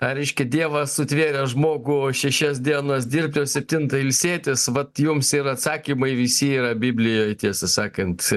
reiškia dievas sutvėrė žmogų šešias dienas dirbti o septintą ilsėtis vat jums ir atsakymai visi yra biblijoj tiesą sakant